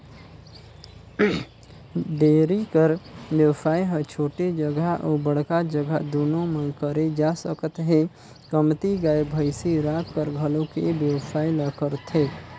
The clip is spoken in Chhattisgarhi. डेयरी कर बेवसाय ह छोटे जघा अउ बड़का जघा दूनो म करे जा सकत हे, कमती गाय, भइसी राखकर घलोक ए बेवसाय ल करथे